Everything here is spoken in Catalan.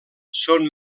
són